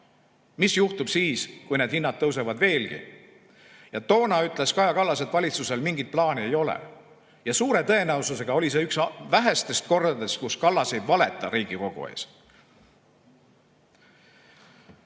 mis juhtub siis, kui need hinnad tõusevad veelgi. Ja toona ütles Kaja Kallas, et valitsusel mingit plaani ei ole. Ja suure tõenäosusega oli see üks vähestest kordadest, kui Kallas ei valetanud Riigikogu ees.